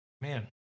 Man